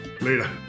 Later